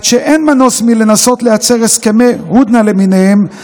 עד שאין מנוס מלנסות לייצר הסכמי הודנה למיניהם,